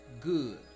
good